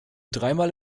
dreimal